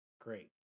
great